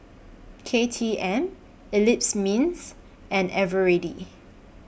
K T M Eclipse Mints and Eveready